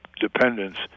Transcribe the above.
dependence